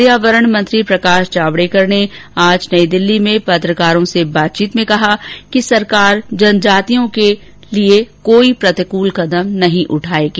पर्यावरण मंत्री प्रकाश जावड़ेकर ने आज नई दिल्ली में पत्रकारों से बातचीत में कहा कि सरकार जनजातियों के लिए कोई प्रतिकूल कदम नहीं उठाएगी